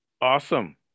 Awesome